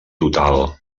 total